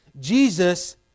Jesus